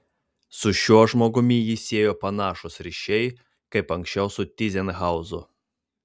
su šiuo žmogumi jį siejo panašūs ryšiai kaip anksčiau su tyzenhauzu